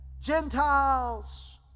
Gentiles